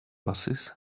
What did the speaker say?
busses